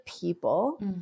people